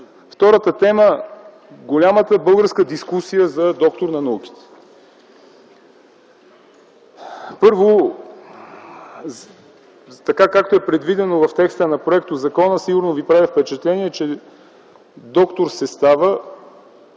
Втората тема, голямата българска дискусия за „доктор на науките”. Първо, от предвиденото в текста на законопроекта сигурно ви прави впечатление, че доктор се става